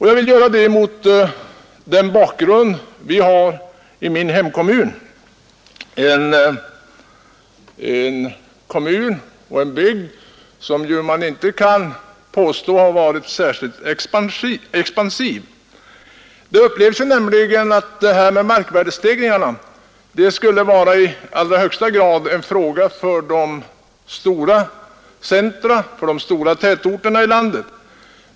Jag vill alltså belysa problemen mot den bakgrund vi har i min hemkommun — man kan inte påstå att den bygden har varit särskilt expansiv. Många upplever det så att detta med markvärdestegringen skulle vara i allra högsta grad en fråga för de stora tätorterna i landet.